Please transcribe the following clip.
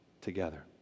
together